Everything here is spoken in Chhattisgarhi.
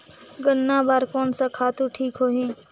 गन्ना बार कोन सा खातु ठीक होही?